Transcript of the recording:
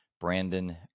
Brandon